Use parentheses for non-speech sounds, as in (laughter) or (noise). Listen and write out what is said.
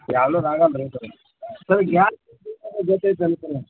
ಎರಡ್ನೂರು ಆಗಲ್ಲ ರೀ ಸರ್ (unintelligible)